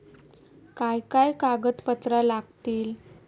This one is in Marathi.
काय काय कागदपत्रा लागतील?